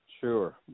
Sure